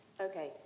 Okay